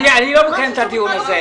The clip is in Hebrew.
אני לא מקיים את הדיון הזה.